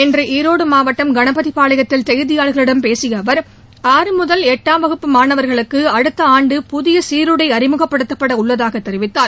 இன்று ஈரோடு மாவட்டம் கணபதிபாளையத்தில் செய்தியாளர்களிடம் பேசிய அவர் ஆறு முதல் எட்டாம் வகுப்பு மாணவர்களுக்கு அடுத்த ஆண்டு புதிய சீருடை அறிமுகப்படுத்தப்பட உள்ளதாகத் தெரிவித்தார்